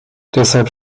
deshalb